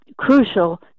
crucial